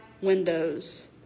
windows